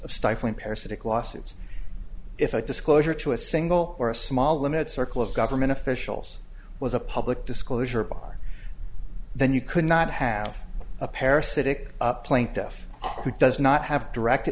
of stifling parasitic lawsuits if a disclosure to a single or a small limited circle of government officials was a public disclosure bar then you could not have a parasitic up plaintiff who does not have direct